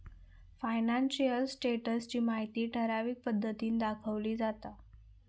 financial status ची माहिती ठराविक पद्धतीन दाखवली जाता